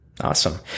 awesome